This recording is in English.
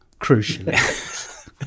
crucially